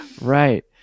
Right